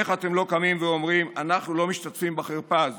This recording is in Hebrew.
איך אתם לא קמים ואומרים: אנחנו לא משתתפים בחרפה הזאת?